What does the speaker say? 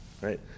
Right